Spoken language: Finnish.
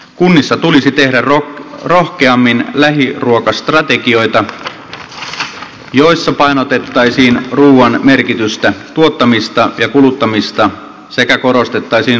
kunnissa tulisi tehdä rohkeammin lähiruokastrategioita joissa painotettaisiin ruuan merkitystä tuottamista ja kuluttamista sekä korostettaisiin luomuruuan merkitystä